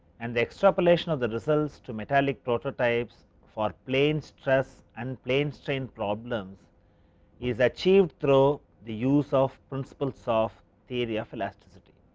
and the extrapolation of the results to metallic prototypes for plane stress, and plane strain problems is achieved through the use of principles ah of theory of elasticity.